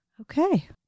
okay